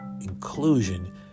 inclusion